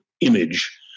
image